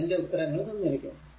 അതിന്റെ ഉത്തരങ്ങൾ തന്നിരിക്കുന്നു